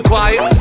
quiet